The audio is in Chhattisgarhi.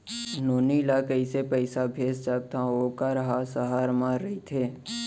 नोनी ल कइसे पइसा भेज सकथव वोकर ह सहर म रइथे?